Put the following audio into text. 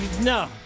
no